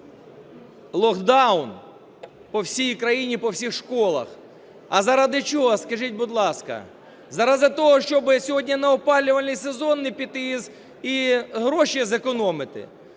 локдаун по всій країні, по всіх школах. А заради чого, скажіть, будь ласка? Заради того, щоби сьогодні на опалювальний сезон не піти і гроші зекономити?